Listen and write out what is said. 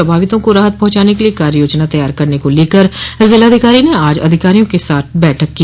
प्रभावितों को राहत पहुंचाने के लिए कार्ययोजना तैयार करने को लेकर जिलाधिकारी ने आज अधिकारियों के साथ बैठक की